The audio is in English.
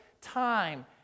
time